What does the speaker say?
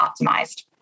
optimized